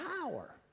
power